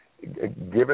given